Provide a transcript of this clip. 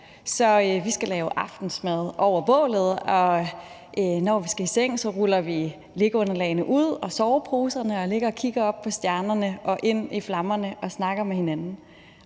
så vi skal lave aftensmad over bålet, og når vi skal i seng, ruller vi liggeunderlagene og soveposerne ud og ligger og kigger op på stjernerne og ind i flammer og snakker med hinanden.